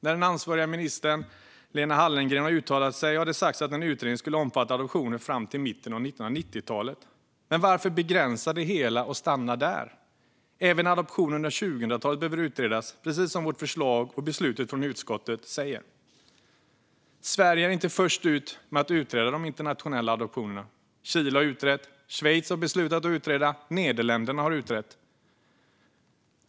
När ansvarig minister Lena Hallengren har uttalat sig har hon sagt att en utredning ska omfatta adoptioner fram till mitten av 1990-talet. Men varför begränsa det hela och stanna där? Även adoptioner under 2000-talet behöver utredas, precis som vårt förslag och beslutet från utskottet säger. Sverige är inte först ut med att utreda de internationella adoptionerna. Chile har utrett, Schweiz har beslutat att utreda och Nederländerna har utrett.